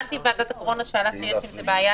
הבנתי מוועדת הקורונה שיש בעיה.